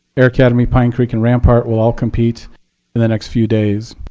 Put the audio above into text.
air academy, pine creek, and rampart will all compete in the next few days.